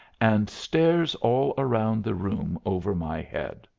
and stares all around the room over my head.